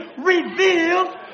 revealed